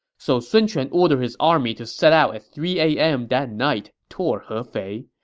so sun quan ordered his army to set out at three a m. that night toward hefei.